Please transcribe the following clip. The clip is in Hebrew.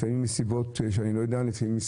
לפעמים מסיבות שאני לא יודע מה הן,